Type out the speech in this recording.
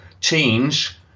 change